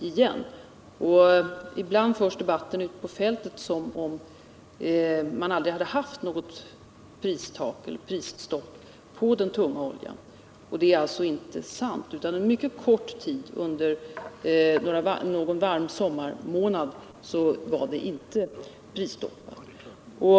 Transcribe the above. Ibland förs debatten ute på fältet som om det aldrig hade varit något pristak eller prisstopp på den tunga oljan. Det är alltså inte sant, utan endast en mycket kort tid under någon varm sommarmiånad var denna olja inte prisstoppad.